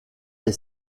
est